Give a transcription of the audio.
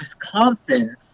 Wisconsin